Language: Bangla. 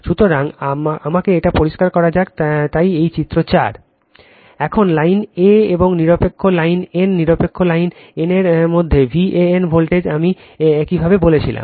সুতরাং আমাকে এটা পরিষ্কার করা যাক তাই এই চিত্র 4 এখন লাইন a এবং নিরপেক্ষ লাইন n নিরপেক্ষ লাইন n এর মধ্যে ভ্যান ভোল্টেজ আমি একইভাবে বলেছিলাম